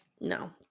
No